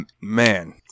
man